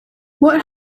what